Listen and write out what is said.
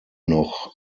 noch